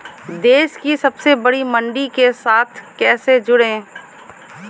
देश की सबसे बड़ी मंडी के साथ कैसे जुड़ें?